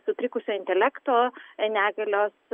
sutrikusio intelekto negalios